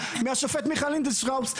מהשופט מיכה לינדנשטראוס.